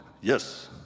Yes